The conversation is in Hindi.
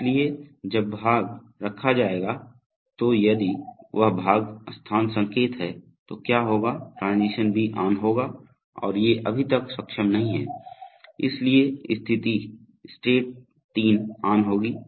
इसलिए जब भाग रखा जाएगा तो यदि वह भाग स्थान संकेत है तो क्या होगा ट्रांजीशन बी ऑन होगा और ये अभी तक सक्षम नहीं हैं इसलिए स्थिति स्टेट 3 ऑन होगी